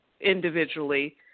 individually